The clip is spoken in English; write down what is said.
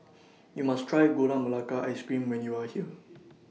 YOU must Try Gula Melaka Ice Cream when YOU Are here